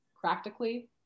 practically